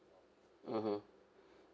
mmhmm